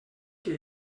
que